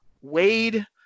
Wade